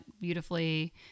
beautifully